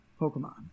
Pokemon